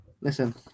listen